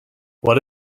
what